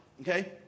okay